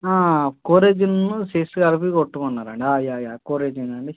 codeine seeds కలిపి కొట్టమన్నారు అండి యా యా కోడేజీన్ అండి